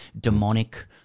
Demonic